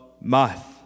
Math